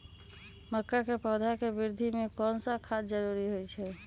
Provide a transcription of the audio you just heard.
मक्का के पौधा के वृद्धि में कौन सा खाद जरूरी होगा?